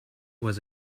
was